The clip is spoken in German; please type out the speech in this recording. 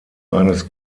eines